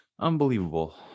Unbelievable